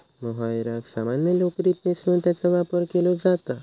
मोहायराक सामान्य लोकरीत मिसळून त्याचो वापर केलो जाता